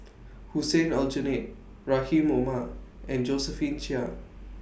Hussein Aljunied Rahim Omar and Josephine Chia